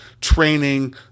training